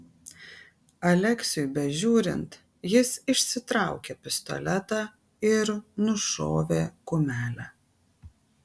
aleksiui bežiūrint jis išsitraukė pistoletą ir nušovė kumelę